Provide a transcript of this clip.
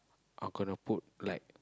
I gonna put like